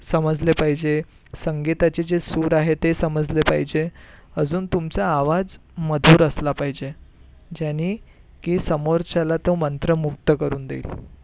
संगीत समजले पाहिजे संगीताचे जे सूर आहे ते समजले पाहिजे अजून तुमचा आवाज मधुर असला पाहिजे ज्याने की समोरच्याला तो मंत्रमुग्ध करून देईल